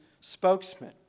spokesman